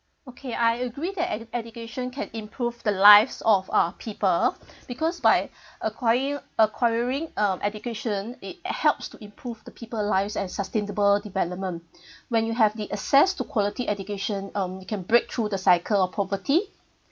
okay I agree that education can improve the lives of uh people because by acqui~ acquiring um education it helps to improve the people lives and sustainable development when you have the access to quality education um you can break through the cycle of poverty